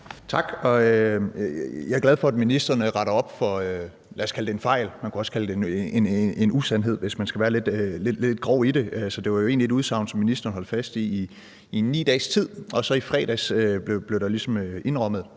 Tak, og jeg er glad for, at ministeren retter op på, lad os kalde det en fejl. Man kunne også kalde det en usandhed, hvis man skal være lidt grov i det. For det var egentlig et udsagn, som ministeren holde fast i en ni dages tid, og så i fredags blev det ligesom